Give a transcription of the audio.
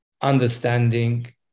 understanding